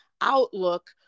outlook